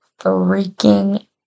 freaking